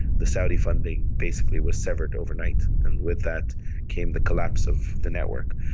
the saudi funding basically was severed overnight, and with that came the collapse of the network.